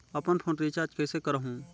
अपन phone recharge कइसे करहु?